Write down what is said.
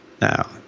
Now